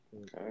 Okay